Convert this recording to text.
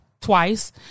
twice